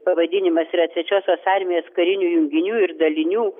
pavadinimas yra trečiosios armijos karinių junginių ir dalinių